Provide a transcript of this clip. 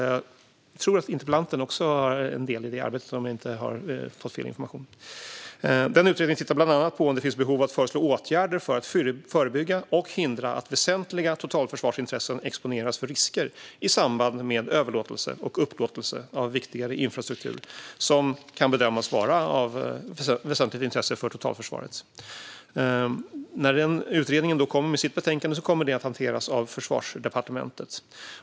Jag tror att interpellanten också är en del i det arbetet, om jag inte har fått fel information. Utredningen tittar bland annat på om det finns behov av att föreslå åtgärder "för att förebygga och hindra att väsentliga totalförsvarsintressen exponeras för risker i samband med överlåtelse och upplåtelse av viktigare infrastruktur som bedöms vara av väsentligt intresse för totalförsvaret". Utredningens betänkande kommer att hanteras av Försvarsdepartementet.